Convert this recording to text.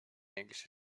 englische